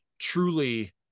truly